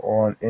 on